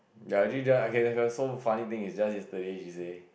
ya actually ya okay okay so funny thing is just yesterday she say